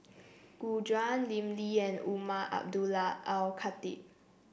Gu Juan Lim Lee and Umar Abdullah Al Khatib